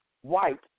white